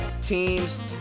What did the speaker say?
teams